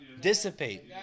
dissipate